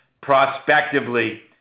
prospectively